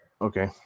okay